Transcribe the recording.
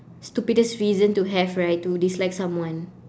stupidest reason to have right to dislike someone